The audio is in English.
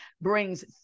brings